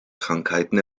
krankheiten